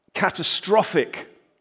catastrophic